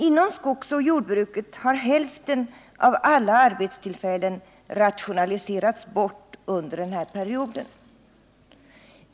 Inom skogsoch jordbruket har hälften av alla arbetstillfällen rationaliserats bort under den här perioden.